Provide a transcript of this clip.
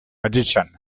magician